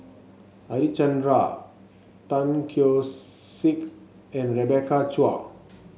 Harichandra Tan Keong Saik and Rebecca Chua